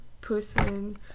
person